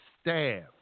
staff